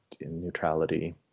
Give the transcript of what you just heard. neutrality